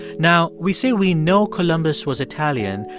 now, we say we know columbus was italian,